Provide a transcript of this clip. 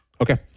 okay